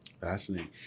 Fascinating